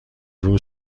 روزم